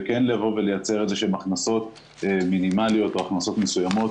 וכן לבוא ולייצר איזה שהן הכנסות מינימליות או הכנסות מסוימות,